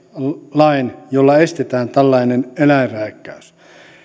lain jolla estetään tällainen eläinrääkkäys